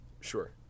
Sure